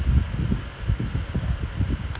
I mean okay lah since nothing to do I don't mind lah